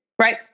right